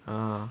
ah